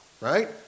Right